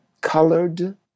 colored